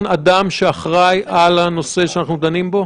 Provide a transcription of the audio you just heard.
אדם שאחראי על הנושא שאנחנו דנים בו,